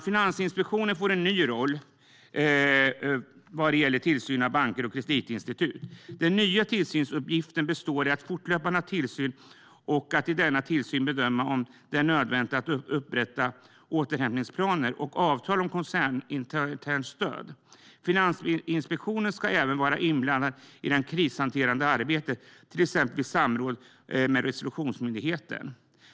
Finansinspektionen får en ny roll vad gäller tillsyn av banker och kreditinstitut. Den nya tillsynsuppgiften består i att fortlöpande ha tillsyn och att i denna tillsyn bedöma om det är nödvändigt att upprätta återhämtningsplaner och avtal om koncerninternt stöd. Finansinspektionen ska även vara inblandad i det krishanterande arbetet, till exempel vid samråd med resolutionsmyndigheten.